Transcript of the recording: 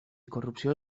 corrupció